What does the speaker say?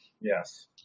Yes